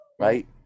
right